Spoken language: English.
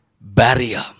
barrier